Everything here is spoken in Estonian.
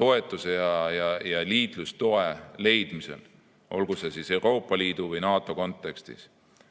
toetuse ja liitlastoe leidmisel, olgu siis Euroopa Liidu või NATO kontekstis